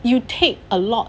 you take a lot